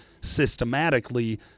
Systematically